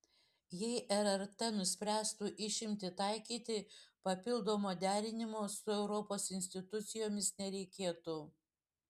jei rrt nuspręstų išimtį taikyti papildomo derinimo su europos institucijomis nereikėtų